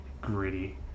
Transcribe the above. gritty